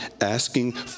asking